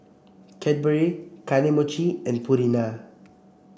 Cadbury Kane Mochi and Purina